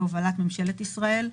בהובלת ממשלת ישראל.